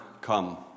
Come